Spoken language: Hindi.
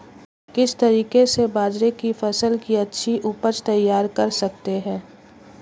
किस तरीके से बाजरे की फसल की अच्छी उपज तैयार कर सकते हैं?